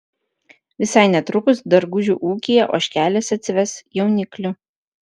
visai netrukus dargužių ūkyje ožkelės atsives jauniklių